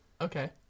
Okay